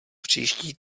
příští